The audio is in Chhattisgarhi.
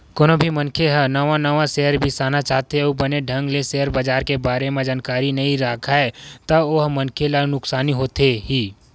कोनो भी मनखे ह नवा नवा सेयर बिसाना चाहथे अउ बने ढंग ले सेयर बजार के बारे म जानकारी नइ राखय ता ओ मनखे ला नुकसानी होथे ही